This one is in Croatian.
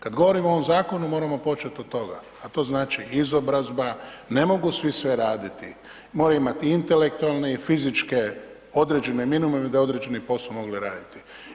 Kad govorimo o ovom zakonu moramo počet od toga, a to znači izobrazba, ne mogu svi sve raditi, moraju imati intelektualne i fizičke, određeni minimum da bi određeni posao mogli raditi.